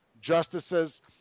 justices